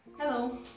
Hello